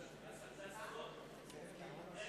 ההשגה של חברי הכנסת ישראל חסון, זאב בוים,